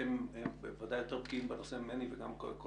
אתם ודאי יותר בקיאים בנושא ממני וגם כל